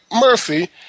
Murphy